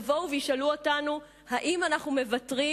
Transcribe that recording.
יבואו וישאלו אותנו אם אנחנו מוותרים